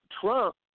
Trump